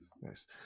nice